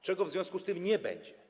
Czego w związku z tym nie będzie?